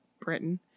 Britain